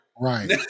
Right